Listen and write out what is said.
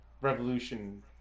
revolution